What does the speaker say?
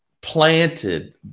planted